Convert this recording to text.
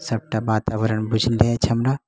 सबटा वातावरण बुझले अछि हमरा